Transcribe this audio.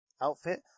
outfit